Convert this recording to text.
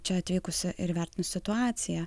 čia atvykusio ir įvertinus situaciją